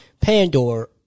Pandora